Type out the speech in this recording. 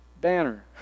banner